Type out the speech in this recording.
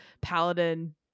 Paladin